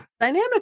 Dynamic